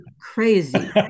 crazy